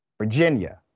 Virginia